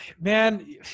man